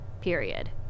Period